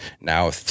Now